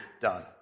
done